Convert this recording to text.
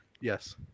Yes